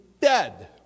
dead